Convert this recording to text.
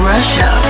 Russia